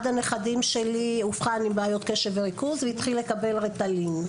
אחד הנכדים שלי הוא אובחן עם בעיות קשב וריכוז והתחיל לקבל ריטלין,